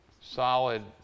solid